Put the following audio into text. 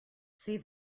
see